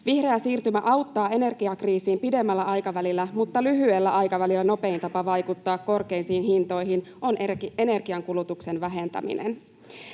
Vihreä siirtymä auttaa energiakriisiin pidemmällä aikavälillä, mutta lyhyellä aikavälillä nopein tapa vaikuttaa korkeisiin hintoihin on energiankulutuksen vähentäminen.